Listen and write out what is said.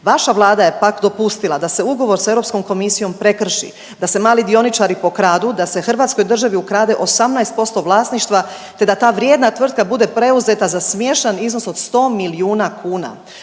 Vaša Vlada je pak dopustila da se ugovor sa Europskom komisijom prekrši, da se mali dioničari pokradu, da se Hrvatskoj državi ukrade 18% vlasništva, te da ta vrijedna tvrtka bude preuzeta za smiješan iznos od 100 milijuna kuna.